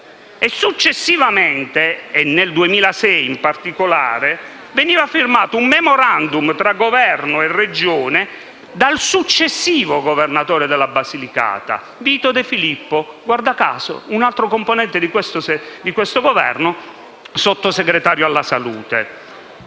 Successivamente, nel 2006 in particolare, veniva firmato un *memorandum* tra Governo e Regione dal successivo governatore della Basilicata Vito De Filippo, guarda caso un altro componente di questo Governo, Sottosegretario alla salute.